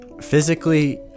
physically